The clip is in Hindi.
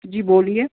जी बोलिए